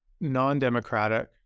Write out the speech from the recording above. non-democratic